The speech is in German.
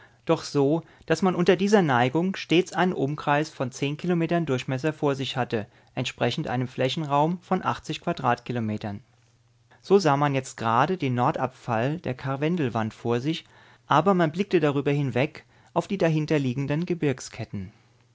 doch so daß man unter dieser neigung stets einen umkreis von zehn kilometern durchmesser vor sich hatte entsprechend einem flächenraum von achtzig quadratkilometern so sah man jetzt gerade den nordabfall der karwendelwand vor sich aber man blickte darüber hinweg auf die dahinterliegenden gebirgsketten